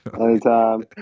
anytime